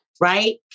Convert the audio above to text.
right